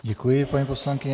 Děkuji, paní poslankyně.